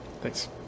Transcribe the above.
Thanks